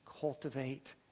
cultivate